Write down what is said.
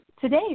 Today